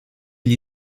gli